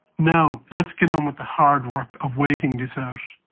now let's get on with the hard work of waiting this out.